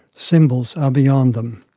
symbols are beyond them.